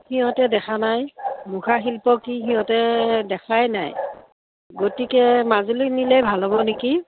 সিহঁতে দেখা নাই মুখা শিল্প কি সিহঁতে দেখাই নাই গতিকে মাজুলী নিলেই ভাল হ'ব নেকি